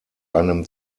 einem